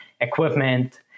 equipment